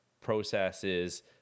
processes